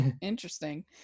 Interesting